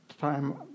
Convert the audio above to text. time